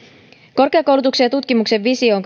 korkeakoulutuksen ja tutkimuksen visioon